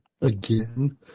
Again